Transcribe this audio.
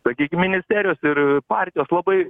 sakykim ministerijos ir partijos labai